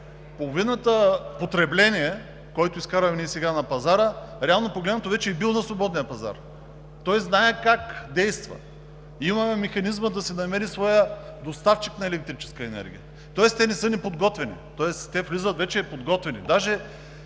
половината потребление, което ние изкарахме сега на пазара, реално погледнато вече е било на свободния пазар, то знае как действа, имаме механизма да си намери своя доставчик на електрическа енергия, тоест то не е неподготвено, влиза вече подготвено.